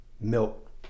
milk